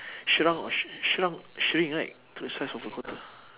shrunk sh~ shrunk shrink right to the size of a quarter